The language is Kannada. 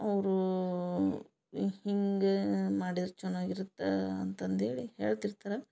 ಅವರು ಹಿಂಗ ಮಾಡಿದ್ರ ಚೆನಾಗಿರತ್ತ ಅಂತಂದು ಹೇಳಿ ಹೇಳ್ತಿರ್ತಾರ